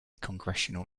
congressional